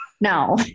No